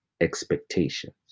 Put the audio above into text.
expectations